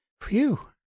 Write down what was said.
Phew